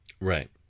Right